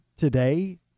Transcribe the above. Today